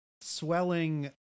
swelling